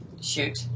shoot